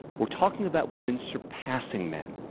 we're talking about women surpassing men.